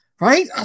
right